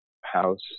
house